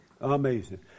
Amazing